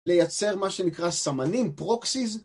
לייצר מה שנקרא סמנים, פרוקסיס